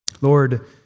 Lord